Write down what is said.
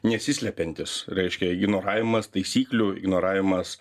nesislepiantis reiškia ignoravimas taisyklių ignoravimas